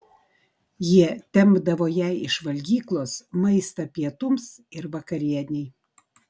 jie tempdavo jai iš valgyklos maistą pietums ir vakarienei